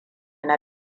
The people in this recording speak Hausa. na